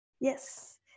Yes